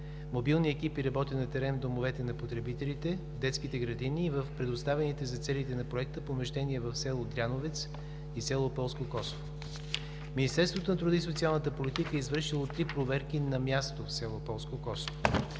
Мобилни екипи работят на терен в домовете на потребителите, в детските градини и в предоставените за целите на Проекта помещения в село Дряновец и село Полско Косово. Министерството на труда и социалната политика е извършило три проверки на място в село Полско Косово.